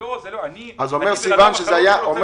אולי תגיד לנו למה הם ממשיכים להיות